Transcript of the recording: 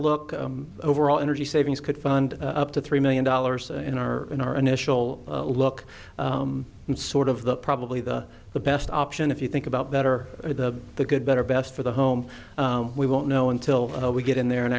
look overall energy savings could fund up to three million dollars in our in our initial look sort of the probably the best option if you think about that or the the good better best for the home we won't know until we get in there and